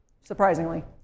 surprisingly